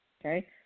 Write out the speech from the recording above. okay